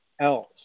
else